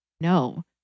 No